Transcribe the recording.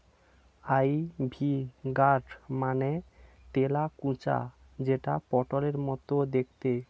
ivy gourd মানে তেলাকুচা যেটা পটলের মতো দেখতে